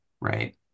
Right